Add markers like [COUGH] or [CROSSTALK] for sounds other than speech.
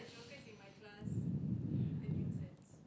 [BREATH]